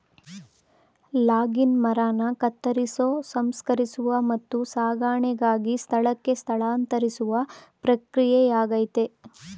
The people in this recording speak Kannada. ಲಾಗಿಂಗ್ ಮರನ ಕತ್ತರಿಸೋ ಸಂಸ್ಕರಿಸುವ ಮತ್ತು ಸಾಗಣೆಗಾಗಿ ಸ್ಥಳಕ್ಕೆ ಸ್ಥಳಾಂತರಿಸುವ ಪ್ರಕ್ರಿಯೆಯಾಗಯ್ತೆ